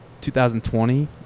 2020